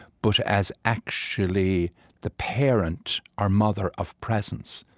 but as actually the parent or mother of presence,